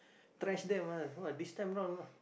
trash them ah !wah! this time round ah